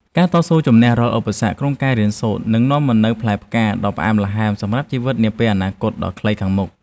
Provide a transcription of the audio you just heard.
ការតស៊ូជម្នះរាល់ឧបសគ្គក្នុងការរៀនសូត្រនឹងនាំមកនូវផ្លែផ្កាដ៏ផ្អែមល្ហែមសម្រាប់ជីវិតនាពេលអនាគតដ៏ខ្លីខាងមុខ។